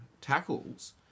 tackles